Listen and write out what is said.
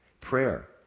Prayer